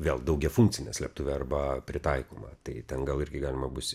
vėl daugiafunkcinė slėptuvė arba pritaikoma tai ten gal irgi galima bus